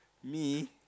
me